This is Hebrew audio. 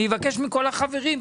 אני אבקש מכל החברים,